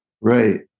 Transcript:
Right